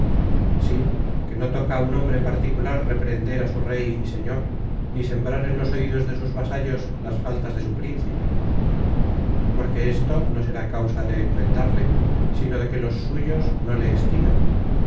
sí que no toca á un hombre particular reprender á su rey y señor ni sembrar en los oidos de sus vasallos las faltas de su príncipe porque esto no será causa de enmendarle sino de que los suyos no le estimen